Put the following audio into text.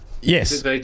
yes